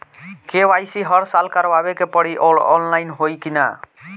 KYC हर साल करवावे के पड़ी और ऑनलाइन होई की ना?